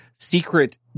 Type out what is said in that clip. secret